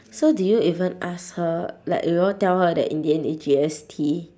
so did you even ask her like you know tell her that in the end it G S T